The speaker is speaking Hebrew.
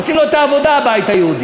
עושים לו את העבודה, הבית היהודי.